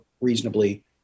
reasonably